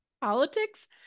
politics